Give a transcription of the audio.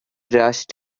rushed